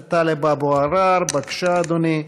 הכנסת טלב אבו עראר, בבקשה, אדוני,